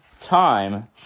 time